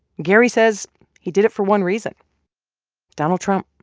gary says he did it for one reason donald trump